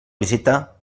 visita